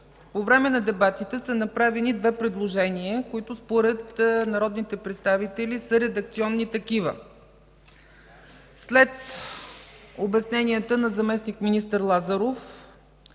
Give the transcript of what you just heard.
По време на дебата са направени две предложения, които според народните представители са редакционни. След обясненията на заместник-министър Лазаров